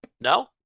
No